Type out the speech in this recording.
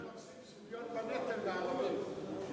אנחנו מבקשים שוויון בנטל מהערבים.